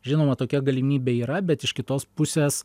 žinoma tokia galimybė yra bet iš kitos pusės